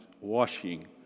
washing